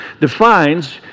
defines